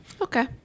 okay